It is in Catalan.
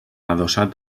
adossat